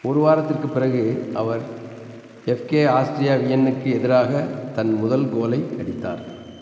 ஒரு வாரத்திற்குப் பிறகு அவர் எஃப்கே ஆஸ்ட்ரியா வியென்னுக்கு எதிராக தன் முதல் கோலை அடித்தார்